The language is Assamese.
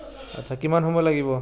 আচ্ছা কিমান সময় লাগিব